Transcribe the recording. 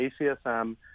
ACSM